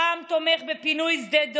פעם הוא תומך בפינוי שדה דב,